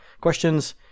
questions